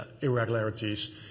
irregularities